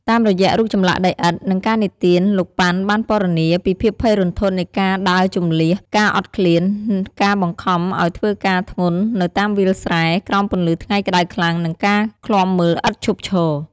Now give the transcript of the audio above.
តាមរយៈរូបចម្លាក់ដីឥដ្ឋ និងការនិទាន លោក ប៉ាន់ បានពណ៌នាពីភាពភ័យរន្ធត់នៃការដើរជម្លៀស ការអត់ឃ្លាន ការបង្ខំឲ្យធ្វើការធ្ងន់នៅតាមវាលស្រែ ក្រោមពន្លឺថ្ងៃក្ដៅខ្លាំង និងការឃ្លាំមើលឥតឈប់ឈរ។